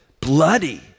bloody